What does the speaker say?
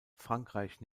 frankreich